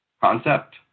concept